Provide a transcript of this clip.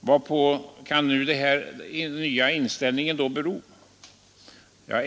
Varpå kan då denna nya inställning bero?